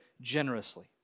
generously